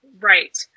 right